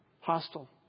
Hostile